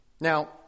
Now